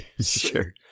sure